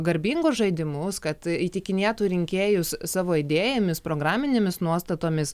garbingus žaidimus kad įtikinėtų rinkėjus savo idėjomis programinėmis nuostatomis